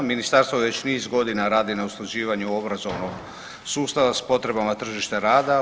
Ministarstvo već niz godina radi na usklađivanju obrazovnog sustava s potrebama tržišta rada.